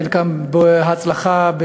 בחלק מהמדינות בהצלחה,